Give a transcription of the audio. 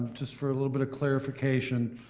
um just for a little bit of clarification,